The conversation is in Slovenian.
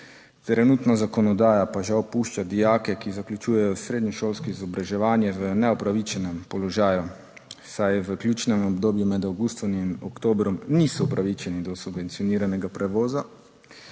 trenutna zakonodaja pa žal pušča dijake, ki zaključujejo srednješolsko izobraževanje, v neupravičenem položaju, saj v ključnem obdobju med avgustom in oktobrom niso upravičeni do subvencioniranega prevoza.